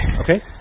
Okay